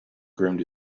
groomed